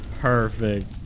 perfect